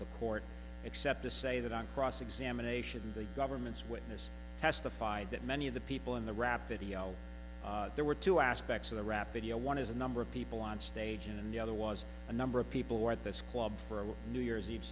the court except to say that on cross examination the government's witness testified that many of the people in the rap video there were two aspects of the rap video one is a number of people on stage and the other was a number of people who were at this club for a new year's eve